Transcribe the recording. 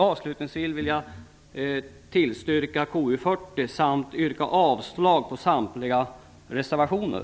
Avslutningsvis vill jag yrka bifall till hemställan i KU40 samt avslag på samtliga reservationer.